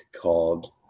called